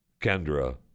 Kendra